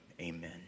Amen